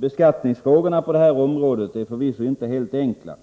Beskattningsfrågorna på det här området är förvisso inte helt enkla.